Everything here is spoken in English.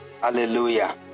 Hallelujah